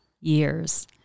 years